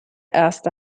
erste